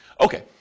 Okay